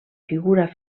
figura